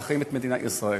להחרים את מדינת ישראל.